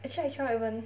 actually I cannot even